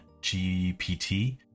GPT